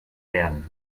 werden